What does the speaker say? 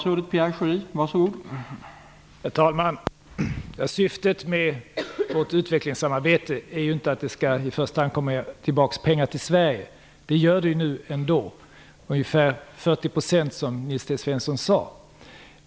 Herr talman! Syftet med vårt utvecklingssamarbete är ju inte i första hand att det skall komma pengar tillbaka till Sverige; det gör det nu ändå - ungefär 40 %, som Nils T Svensson sade.